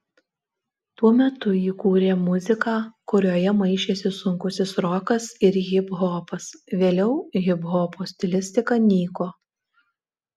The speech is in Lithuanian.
tuo metu ji kūrė muziką kurioje maišėsi sunkusis rokas ir hiphopas vėliau hiphopo stilistika nyko